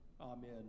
Amen